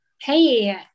Hey